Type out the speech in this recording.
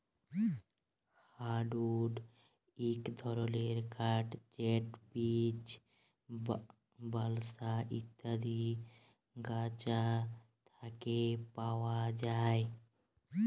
hardwood ইক ধরলের কাঠ যেট বীচ, বালসা ইত্যাদি গাহাচ থ্যাকে পাউয়া যায়